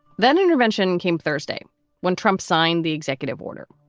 then intervention came thursday when trump signed the executive order.